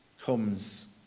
comes